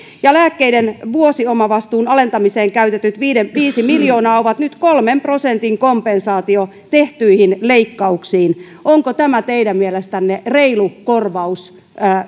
ja lääkkeiden vuosiomavastuun alentamiseen käytetyt viisi miljoonaa ovat nyt kolmen prosentin kompensaatio tehtyihin leikkauksiin onko tämä teidän mielestänne reilu korvaus